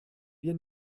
wir